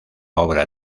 obra